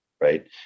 right